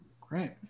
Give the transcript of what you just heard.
Great